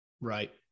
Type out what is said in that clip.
Right